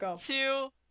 two